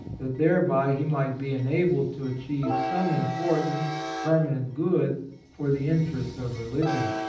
that thereby he might be enabled to achieve some important, perma nent good for the interests of re lio-ion.